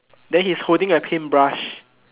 then he's holding a paintbrush